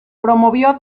promovió